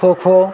kho kho